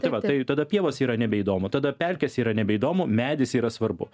tai va tai tada pievos yra nebeįdomu tada pelkės yra nebeįdomu medis yra svarbu